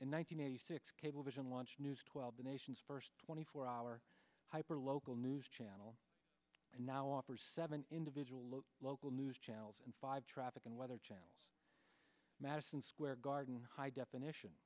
hundred six cablevision launch news twelve the nation's first twenty four hour hyper local news channel and now offers seven individuals local news channels and five traffic and weather channel's madison square garden high definition